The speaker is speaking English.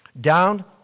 Down